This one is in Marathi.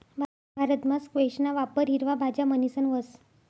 भारतमा स्क्वैशना वापर हिरवा भाज्या म्हणीसन व्हस